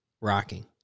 Rocking